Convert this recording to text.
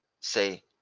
Say